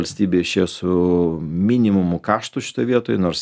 valstybė išėjo su minimumu kaštų šitoj vietoj nors